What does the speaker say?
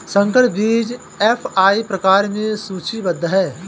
संकर बीज एफ.आई प्रकार में सूचीबद्ध है